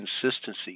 consistency